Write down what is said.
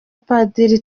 padiri